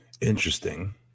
Interesting